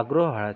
আগ্রহ হারাচ্ছে